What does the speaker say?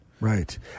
Right